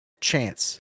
chance